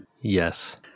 yes